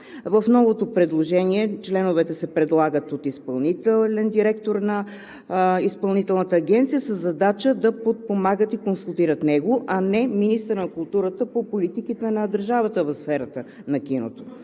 В новото предложение членовете се предлагат от изпълнителния директор на Изпълнителната агенция със задача да подпомагат и консултират него, а не министъра на културата по политиките на държавата в сферата на киното.